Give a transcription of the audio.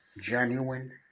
genuine